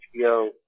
hbo